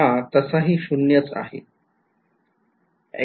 हा तसाही शून्यच आहे